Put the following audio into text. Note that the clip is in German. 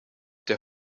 der